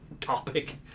topic